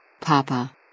Papa